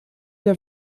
der